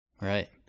Right